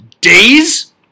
Days